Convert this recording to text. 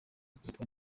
akubitwa